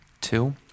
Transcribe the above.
Two